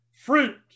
fruit